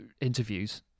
interviews